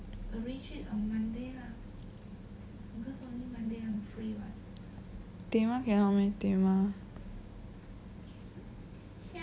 tehma cannot meh tehma